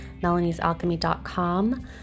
melaniesalchemy.com